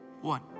one